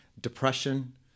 depression